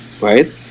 right